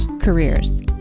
careers